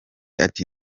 ati